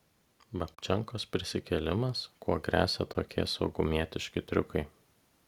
babčenkos prisikėlimas kuo gresia tokie saugumietiški triukai